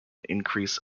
increase